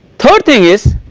third thing is